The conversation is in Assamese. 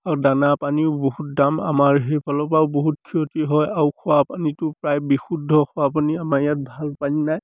আৰু দানা পানীও বহুত দাম আমাৰ সেইফালৰপৰাও বহুত ক্ষতি হয় আৰু খোৱাপানীটো প্ৰায় বিশুদ্ধ খোৱাোপানী আমাৰ ইয়াত ভাল পানী নাই